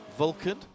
Vulcan